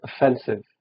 offensive